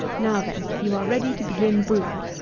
now, then, you are ready to begin brewing.